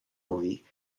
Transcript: movie